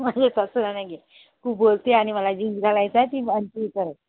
माझ्या सासूला नाही घेत खूप बोलते आणि मला जीन्स घालायचाय ती